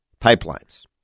pipelines